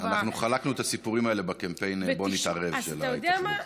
אנחנו חלקנו את הסיפורים האלה בקמפיין "בוא נתערב" של ההתאחדות.